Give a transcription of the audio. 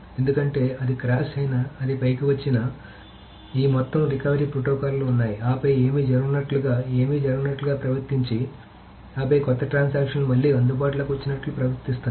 ఎందుకంటే అది క్రాష్ అయినా అది పైకి వచ్చినా ఈ మొత్తం రికవరీ ప్రోటోకాల్లు ఉన్నాయి ఆపై ఏమీ జరగనట్లుగా ఏమీ జరగనట్లుగా ప్రవర్తించి ఆపై కొత్త ట్రాన్సాక్షన్ లు మళ్లీ అందుబాటులోకి వచ్చినట్లు ప్రవర్తిస్తాయి